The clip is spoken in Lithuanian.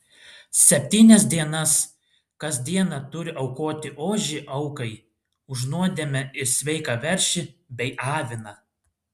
septynias dienas kas dieną turi aukoti ožį aukai už nuodėmę ir sveiką veršį bei aviną